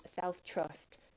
self-trust